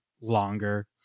longer